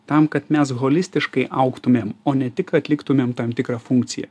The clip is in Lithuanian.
tam kad mes holistiškai augtumėm o ne tik atliktumėme tam tikrą funkciją